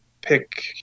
pick